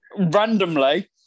randomly